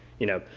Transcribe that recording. you know.